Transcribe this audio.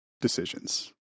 decisions